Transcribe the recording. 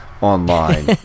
online